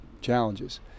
challenges